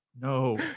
No